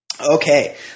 Okay